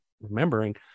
remembering